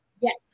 Yes